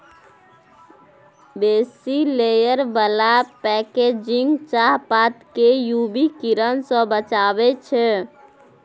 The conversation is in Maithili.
बेसी लेयर बला पैकेजिंग चाहपात केँ यु वी किरण सँ बचाबै छै